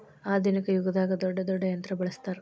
ಆದುನಿಕ ಯುಗದಾಗ ದೊಡ್ಡ ದೊಡ್ಡ ಯಂತ್ರಾ ಬಳಸ್ತಾರ